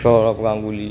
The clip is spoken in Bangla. সৌরভ গাঙ্গুলি